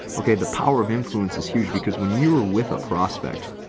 okay? the power of influence is huge, because when you are with a prospect,